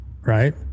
right